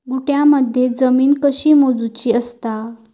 गुंठयामध्ये जमीन कशी मोजूची असता?